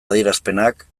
adierazpenak